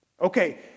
Okay